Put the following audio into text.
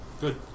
Good